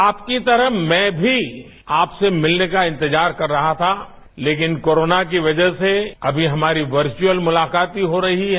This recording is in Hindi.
आपकी तरह मैं भी आपसे मिलने का इंतजार कर रहा था लेकिन कोरोना की वजह से अभी हमारी वर्चुअल मुलाकात ही हो रही है